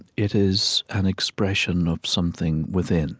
it is an expression of something within